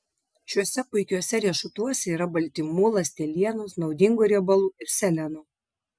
šiuose puikiuose riešutuose yra baltymų ląstelienos naudingų riebalų ir seleno